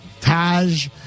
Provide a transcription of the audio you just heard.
Taj